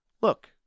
Look